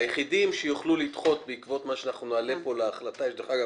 היחידים שיוכלו לדחות בעקבות מה שנעלה פה להחלטה דרך אגב,